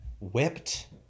whipped